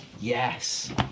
Yes